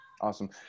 Awesome